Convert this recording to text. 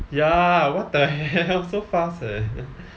ya what the hell so fast eh